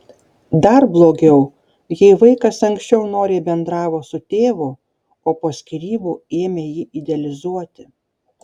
dar blogiau jei vaikas anksčiau noriai bendravo su tėvu o po skyrybų ėmė jį idealizuoti